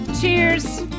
Cheers